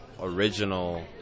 original